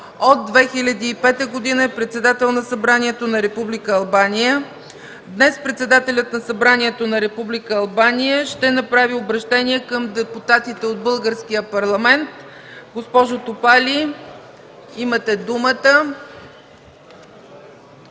от 2005 г. е председател на Събранието на Република Албания. Днес председателят на Събранието на Република Албания ще направи обръщение към депутатите от българския парламент. Госпожо Топали, имате думата.